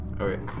Okay